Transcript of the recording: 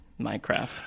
Minecraft